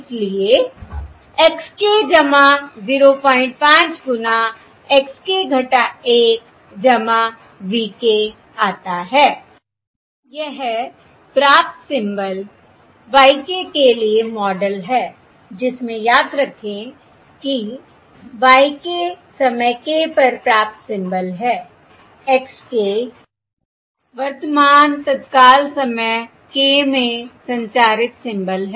इसलिए x k 05 गुना x k 1 v k आता है I यह प्राप्त सिंबल y k के लिए मॉडल है जिसमें याद रखें कि y k समय k पर प्राप्त सिंबल है x k वर्तमान तत्काल समय k में संचारित सिंबल है